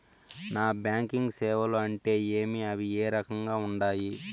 non banking సేవలు అంటే ఏమి అవి ఏ రకంగా ఉండాయి